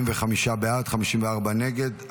45 בעד, 54 נגד.